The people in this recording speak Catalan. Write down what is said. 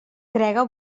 crega